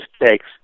mistakes